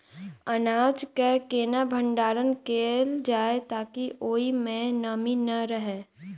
अनाज केँ केना भण्डारण कैल जाए ताकि ओई मै नमी नै रहै?